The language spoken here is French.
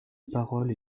parole